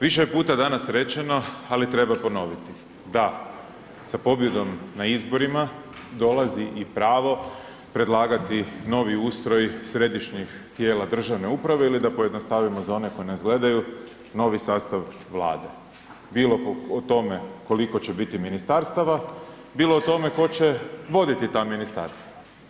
Više puta je danas rečeno, ali treba ponoviti, da, sa pobjedom na izborima dolazi i pravo predlagati novi ustroj središnjih tijela državne uprave ili da pojednostavimo za one koji nas gledaju, novi sastav Vlade, bilo po tome koliko će biti ministarstava, bilo o tome tko će voditi ta ministarstva.